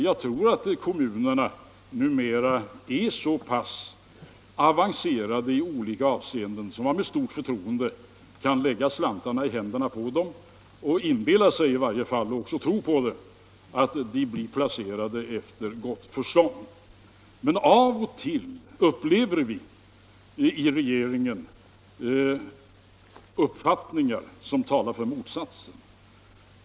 Jag tror att kommunerna numera är så pass avancerade i olika avseenden att man med stort förtroende kan lägga slantarna i händerna på dem och räkna med att de blir placerade efter gott förstånd. Men av och till upplever vi i regeringen uppfattningar som talar för motsatsen.